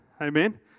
amen